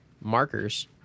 markers